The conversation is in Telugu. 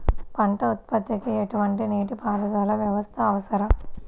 పంట ఉత్పత్తికి ఎటువంటి నీటిపారుదల వ్యవస్థ అవసరం?